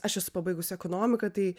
aš esu pabaigus ekonomiką tai